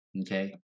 Okay